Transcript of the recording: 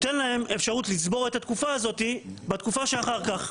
תינתן להם האפשרות לצבור את התקופה הזאת בתקופה שאחר כך.